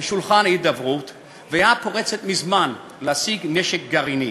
לשולחן ההידברות והייתה פורצת מזמן להשגת נשק גרעיני.